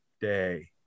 day